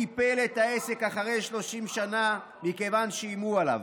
שקיפל את העסק אחרי 30 שנה מכיוון שאיימו עליו.